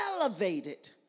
elevated